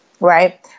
right